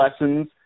lessons